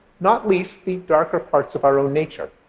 not least the darker parts of our own nature.